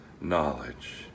knowledge